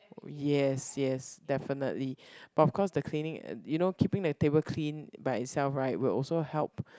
oh yes yes definitely but of course the cleaning you know keeping the table clean buy itself right will also help